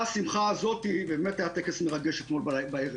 מהשמחה הזאת, באמת היה טקס מרגש אתמול בערב.